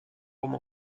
rome